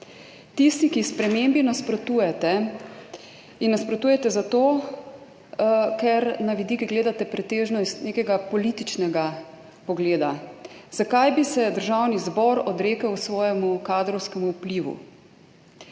Tisti, ki spremembi nasprotujete, ji nasprotujete zato, ker na vidike gledate pretežno z nekim političnim pogledom. Zakaj bi se Državni zbor odrekel svojemu kadrovskemu vplivu?